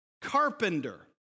carpenter